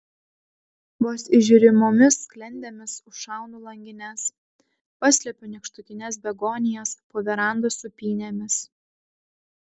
vos įžiūrimomis sklendėmis užšaunu langines paslepiu nykštukines begonijas po verandos sūpynėmis